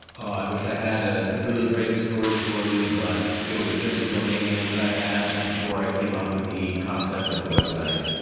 i wish i had a really great story for you, but it was just a domain name that i had before i came up with the concept of the website.